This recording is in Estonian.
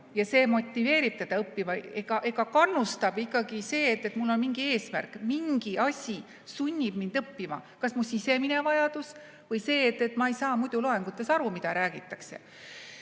ja see motiveerib teda õppima. Kannustab ikkagi see, et mul on mingi eesmärk, mingi asi sunnib mind õppima, kas mu sisemine vajadus või see, et ma ei saa muidu loengutes aru, mida räägitakse.